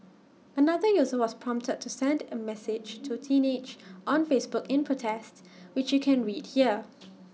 another user was prompted to send A message to teenage on Facebook in protest which you can read here